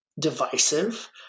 divisive